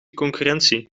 concurrentie